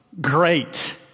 great